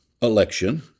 election